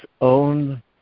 own